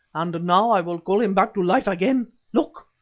and now i will call him back to life again. look!